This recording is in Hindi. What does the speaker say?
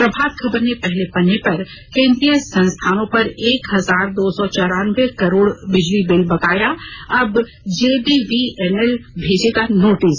प्रभात खबर ने अपने पहले पन्ने पर केन्द्रीय संस्थानों पर एक हजार दो सौ चौरानवे करोड़ बिजली बिल बकाया अब जेबीवीएनएल भेजेगा नोटिस